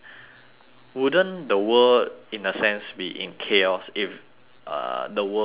wouldn't the world in a sense be in chaos if uh the world is not